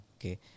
okay